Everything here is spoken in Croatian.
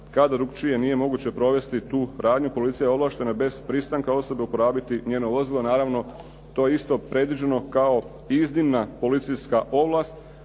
kad drukčije nije moguće provesti tu radnju, policija je ovlaštena bez pristanka osobe uporabiti njeno vozilo. Naravno, to je isto predviđeno kao iznimna policijska ovlast